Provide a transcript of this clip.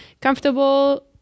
comfortable